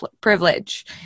privilege